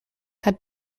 have